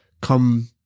come